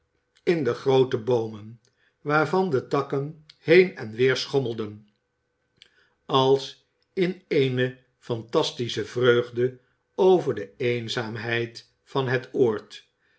in de groote boomen waarvan de takken heen en weer schommelden als in eene fantastische vreugde over de eenzaamheid van het oord